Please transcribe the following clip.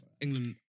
England